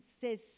says